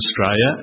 Australia